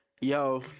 Yo